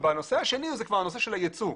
הנושא השני הוא הנושא של היצוא.